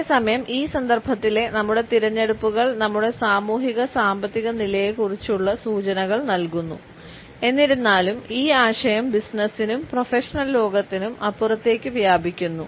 അതേസമയം ഈ സന്ദർഭത്തിലെ നമ്മുടെ തിരഞ്ഞെടുപ്പുകൾ നമ്മുടെ സാമൂഹിക സാമ്പത്തിക നിലയെക്കുറിച്ചുള്ള സൂചനകൾ നൽകുന്നു എന്നിരുന്നാലും ഈ ആശയം ബിസിനസ്സിനും പ്രൊഫഷണൽ ലോകത്തിനും അപ്പുറത്തേക്ക് വ്യാപിക്കുന്നു